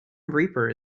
reaper